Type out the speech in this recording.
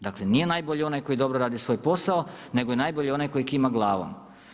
Dakle nije najbolji onaj koji dobro radi svoj posao nego je najbolji onaj koji kima glavom.